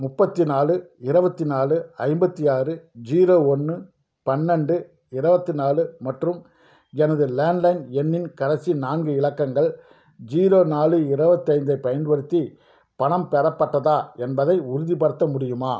முப்பத்தி நாலு இருபத்தி நாலு ஐம்பத்தி ஆறு ஜீரோ ஒன்று பன்னெண்டு இருபத்து நாலு மற்றும் எனது லேண்ட்லைன் எண்ணின் கடைசி நான்கு இலக்கங்கள் ஜீரோ நாலு இருபத்து ஐந்து ஐப் பயன்படுத்தி பணம் பெறப்பட்டதா என்பதை உறுதிப்படுத்த முடியுமா